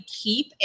keep